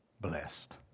Blessed